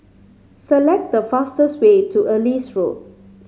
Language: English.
select the fastest way to Ellis Road